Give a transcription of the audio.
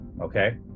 Okay